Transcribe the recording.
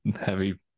heavy